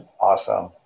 Awesome